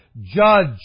judge